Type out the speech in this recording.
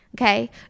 Okay